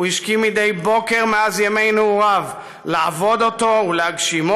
הוא השכים מדי בוקר מאז ימי נעוריו לעבוד אותו ולהגשימו.